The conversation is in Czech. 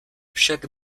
však